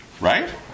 right